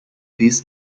this